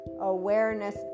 awareness